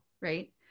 right